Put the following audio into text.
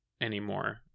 anymore